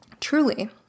Truly